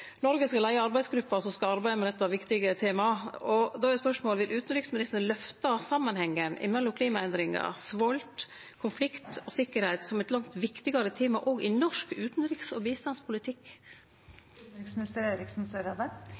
Noreg skal leie arbeidsgruppa som skal arbeide med dette viktige temaet. Då er spørsmålet: Vil utanriksministeren løfte samanhengen mellom klimaendringar, svolt, konflikt og sikkerheit som eit langt viktigare tema òg i norsk utanriks- og bistandspolitikk?